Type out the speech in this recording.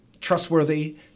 trustworthy